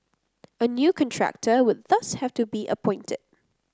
a new contractor would thus have to be appointed